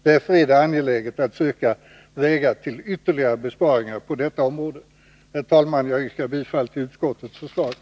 Därför är det angeläget att söka vägar till ytterligare besparingar på detta område.” Herr talman! Jag yrkar bifall till utskottets hemställan.